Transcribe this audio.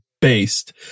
based